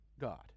God